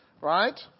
right